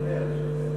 הוא מוותר.